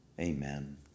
amen